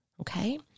Okay